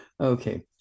Okay